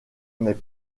est